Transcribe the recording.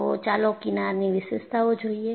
તો ચાલો કિનારની વિશેષતાઓ જોઈએ